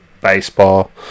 Baseball